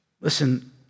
Listen